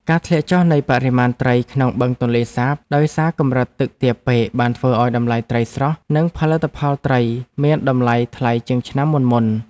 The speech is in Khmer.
ការធ្លាក់ចុះនៃបរិមាណត្រីក្នុងបឹងទន្លេសាបដោយសារកម្រិតទឹកទាបពេកបានធ្វើឱ្យតម្លៃត្រីស្រស់ និងផលិតផលត្រីមានតម្លៃថ្លៃជាងឆ្នាំមុនៗ។